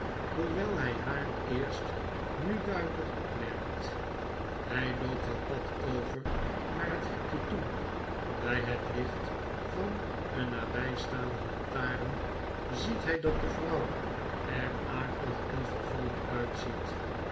hoewel hij haar eerst nu duidelijk opmerkt hg loopt het pad over naar het hekje toe bij het licht van een nabij staanden lantaarn ziet hij dat de vrouw er akelig en vervallen uitziet